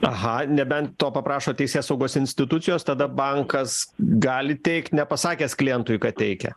aha nebent to paprašo teisėsaugos institucijos tada bankas gali teikt nepasakęs klientui kad teikia